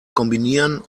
kombinieren